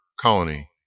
colony